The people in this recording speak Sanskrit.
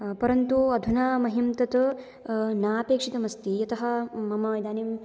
परन्तु अधुना मह्यम् तत् नापेक्षितम् अस्ति यतः मम इदानीम्